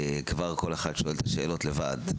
כבר כל אחד שואל את השאלות לבד.